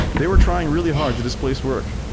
they were trying really hard to displace work.